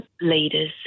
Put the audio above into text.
leaders